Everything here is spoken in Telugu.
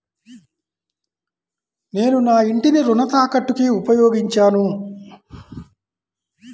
నేను నా ఇంటిని రుణ తాకట్టుకి ఉపయోగించాను